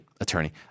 attorney